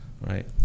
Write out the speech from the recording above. right